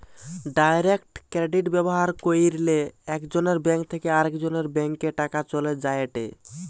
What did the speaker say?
direct credit ব্যবহার কইরলে একজনের ব্যাঙ্ক থেকে আরেকজনের ব্যাংকে টাকা চলে যায়েটে